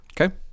Okay